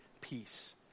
peace